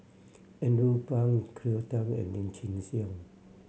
Andrew Phang Cleo Thang and Lim Chin Siong